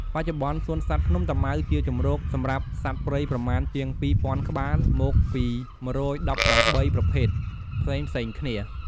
បច្ចុប្បន្ន សួនសត្វភ្នំតាម៉ៅជាជម្រកសម្រាប់សត្វព្រៃប្រមាណជាង ២,០០០ ក្បាល មកពី ១១៨ ប្រភេទ ផ្សេងៗគ្នា។